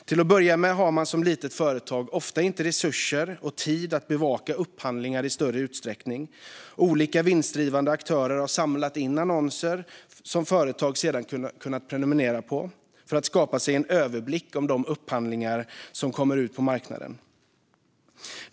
Till att börja med har man som litet företag ofta inte resurser och tid att bevaka upphandlingar i större utsträckning. Olika vinstdrivande aktörer har samlat in annonser som företag sedan kunnat prenumerera på för att skapa sig en överblick över de upphandlingar som kommer ut på marknaden.